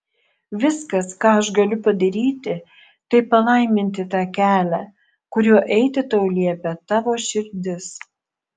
viskas ką aš galiu padaryti tai palaiminti tą kelią kuriuo eiti tau liepia tavo širdis